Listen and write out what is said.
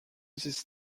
this